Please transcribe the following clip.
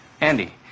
Andy